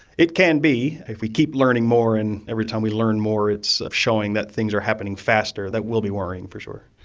it can be. if we keep learning more and every time we learn more it's showing that things are happening faster, that will be worrying, for sure.